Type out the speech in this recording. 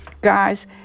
Guys